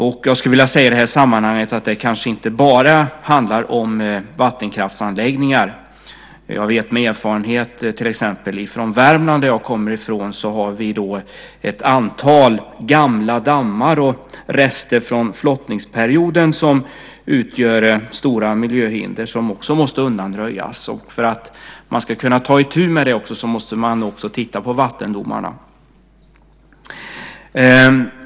I det här sammanhanget skulle jag vilja säga att det kanske inte bara handlar om vattenkraftsanläggningar. Jag vet till exempel med erfarenhet från Värmland, som jag kommer ifrån, att det finns ett antal gamla dammar och rester från flottningsperioden som utgör stora miljöhinder som måste undanröjas. För att man ska kunna ta itu med det måste man också titta på vattendomarna.